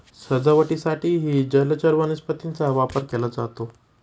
सजावटीसाठीही जलचर वनस्पतींचा वापर केला जातो